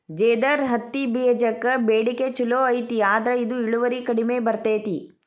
ಜೇದರ್ ಹತ್ತಿಬೇಜಕ್ಕ ಬೇಡಿಕೆ ಚುಲೋ ಐತಿ ಆದ್ರ ಇದು ಇಳುವರಿ ಕಡಿಮೆ ಬರ್ತೈತಿ